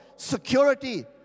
Security